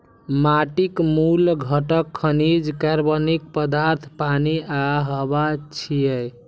माटिक मूल घटक खनिज, कार्बनिक पदार्थ, पानि आ हवा छियै